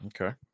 Okay